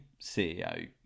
CEO